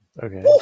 Okay